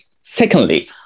Secondly